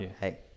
hey